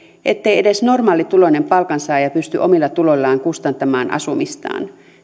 ettei edes normaalituloinen palkansaaja pysty omilla tuloillaan kustantamaan asumistaan